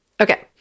okay